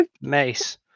Mace